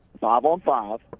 five-on-five